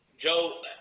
Joe